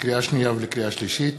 לקריאה שנייה ולקריאה שלישית: